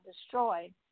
destroyed